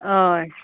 हय